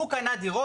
הוא קנה דירות,